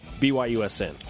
BYUSN